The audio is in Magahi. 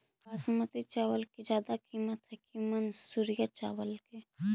बासमती चावल के ज्यादा किमत है कि मनसुरिया चावल के?